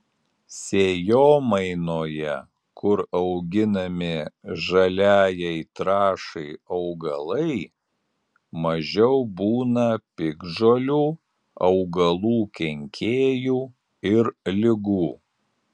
sėjomainoje kur auginami žaliajai trąšai augalai mažiau būna piktžolių augalų kenkėjų ir ligų